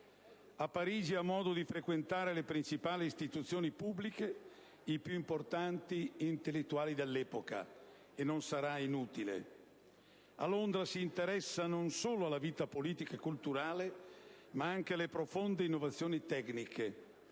A Parigi ha modo di frequentare le principali istituzioni pubbliche, i più importanti intellettuali dell'epoca e non sarà inutile. A Londra si interessa non solo alla vita politica e culturale, ma anche alle profonde innovazioni tecniche.